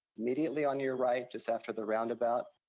immediately on your right, just after the roundabout,